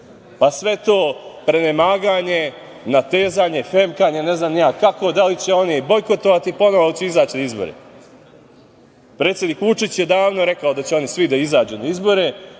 Pa sve to prenemaganje, natezanje, femkanje, ne znam ni ja kako, da li će oni bojkotovati ponovo ili će izaći na izbore. Predsednik Vučić je davno rekao da će oni svi da izađu na izbore,